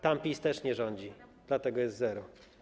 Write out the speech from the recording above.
Tam PiS też nie rządzi, dlatego jest zero.